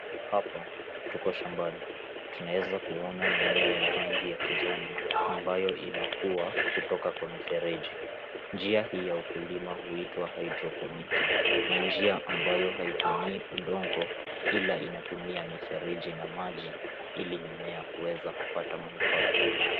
Hapa tuko shambani. Tunaeza kuona mimea ya rangi ya kijani, ambayo inakua kutoka kwa mifereji. Njia hii ya ukulima huitwa haidroponiki. Ni njia ambayo haitumii udongo, ila inatumia mifereji na maji ili mimea kuweza kupata manufaa.